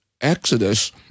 Exodus